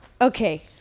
okay